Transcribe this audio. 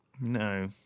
No